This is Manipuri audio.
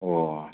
ꯑꯣ